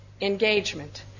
engagement